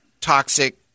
toxic